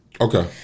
Okay